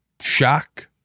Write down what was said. shock